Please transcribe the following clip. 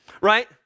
Right